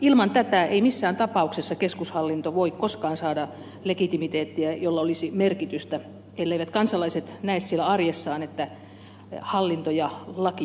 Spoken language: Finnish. ilman tätä ei missään tapauksessa keskushallinto voi koskaan saada legitimiteettiä jolla olisi merkitystä elleivät kansalaiset näe siellä arjessaan että hallinto ja laki toimivat